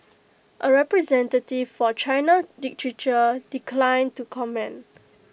A representative for China literature declined to comment